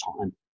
time